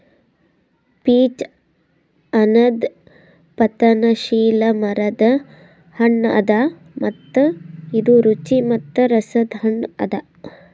peach ಅನದ್ ಪತನಶೀಲ ಮರದ್ ಹಣ್ಣ ಅದಾ ಮತ್ತ ಇದು ರುಚಿ ಮತ್ತ ರಸದ್ ಹಣ್ಣ ಅದಾ